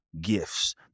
gifts